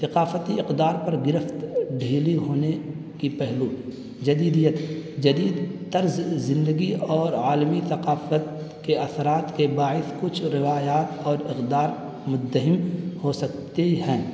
ثقافتی اقدار پر گرفت ڈھیلی ہونے کی پہلو جدیدیت جدید طرز زندگی اور عالمی ثقافت کے اثرات کے باعث کچھ روایات اور اقدار مدھم ہو سکتی ہیں